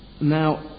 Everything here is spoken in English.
now